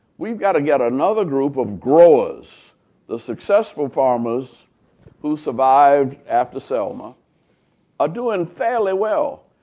we've got to get another group of growers the successful farmers who survived after selma are doing fairly well.